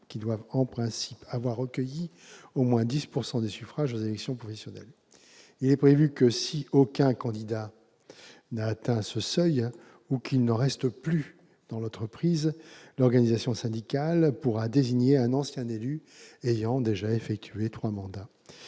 qui doivent en principe avoir recueilli au moins 10 % des suffrages aux élections professionnelles. Il est prévu que, si aucun candidat n'a atteint ce seuil ou qu'il n'en reste plus dans l'entreprise, l'organisation syndicale pourra désigner un ancien élu ayant déjà effectué trois mandats.